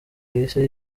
yahise